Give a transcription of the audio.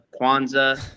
Kwanzaa